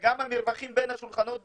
וגם המרווחים בין השולחנות בחוץ.